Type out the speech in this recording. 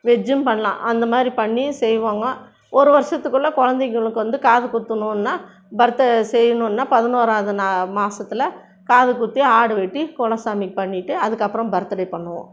வெஜ்ஜும் பண்ணலாம் அந்தமாதிரி பண்ணி செய்வோங்க ஒரு வருஷத்துக்குள்ள குழந்தைங்களுக்கு வந்து காது குத்தணுன்னா பர்த்து செய்யிணுன்னா பதினோராவது நாள் மாசத்தில் காதுகுத்தி ஆடுவெட்டி குலசாமிக்கு பண்ணிட்டு அதுக்கப்புறம் பர்த்டே பண்ணுவோம்